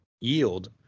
yield